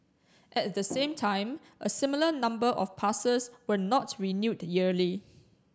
at the same time a similar number of passes were not renewed yearly